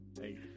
Hey